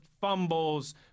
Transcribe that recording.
fumbles